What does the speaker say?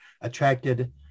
attracted